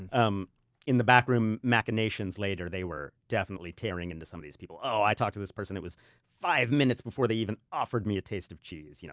and um in the back room machinations later, they were definitely tearing into some of these people. i talked to this person, it was five minutes before they even offered me a taste of cheese. you know